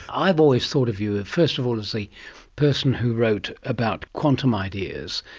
i've always thought of you, first of all, as the person who wrote about quantum ideas,